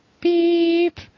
beep